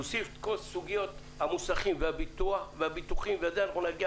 אם נוסיף את כל סוגיות המוסך והביטוחים נגיע